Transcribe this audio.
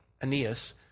Aeneas